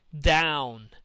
Down